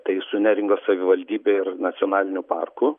tai su neringos savivaldybe ir nacionaliniu parku